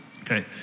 Okay